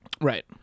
Right